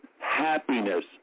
happiness